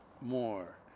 more